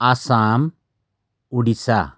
Assam Odisha